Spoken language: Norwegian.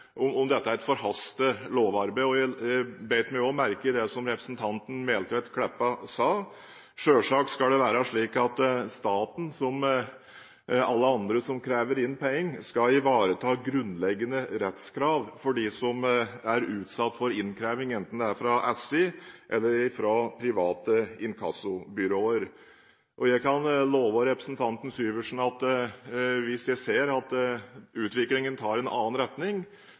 om dette er et forhastet lovarbeid, og jeg bet meg også merke i det som representanten Meltveit Kleppa sa. Selvsagt skal det være slik at staten, som alle andre som krever inn penger, skal ivareta grunnleggende rettskrav for dem som er utsatt for innkreving, enten det er fra SI eller fra private inkassobyråer. Jeg kan love representanten Syversen at hvis jeg ser at utviklingen tar en annen retning,